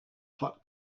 hot